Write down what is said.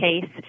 case